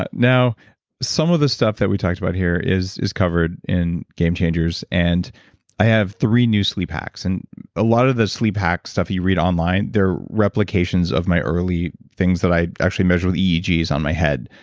but now some of the stuff that we've talked about here is is covered in game changers. and i have three new sleep hacks. and a lot of the sleep hack stuff that you read online, they're replications of my early things that i actually measured with eegs on my head,